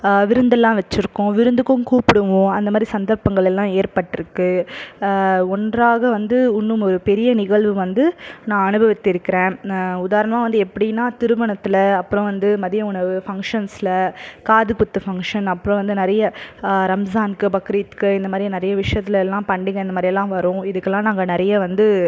விருந்தெல்லாம் வச்சுருக்கோம் விருந்துக்கும் கூப்பிடுவோம் அந்த மாதிரி சந்தர்ப்பங்களெல்லாம் ஏற்பட்டுருக்கு ஒன்றாக வந்து உண்ணும் ஒரு பெரிய நிகழ்வு வந்து நான் அனுபவித்திருக்கிறேன் உதாரணமாக வந்து எப்படினா திருமணத்தில் அப்புறோம் வந்து மதிய உணவு ஃபங்க்ஷன்ஸில் காது குத்து ஃபங்க்ஷன் அப்புறோம் வந்து நிறைய ரம்ஸான்க்கு பாக்ரீத்க்கு இந்த மாதிரி நிறைய விஷயத்துலலாம் பண்டிகை இந்த மாதிரியெல்லாம் வரும் இதுக்கெலாம் நாங்கள் நிறைய வந்து